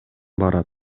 барат